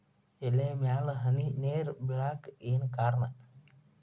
ಎಲೆ ಮ್ಯಾಲ್ ಹನಿ ನೇರ್ ಬಿಳಾಕ್ ಏನು ಕಾರಣ?